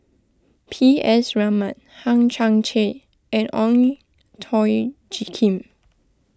P S Raman Hang Chang Chieh and Ong Tjoe Kim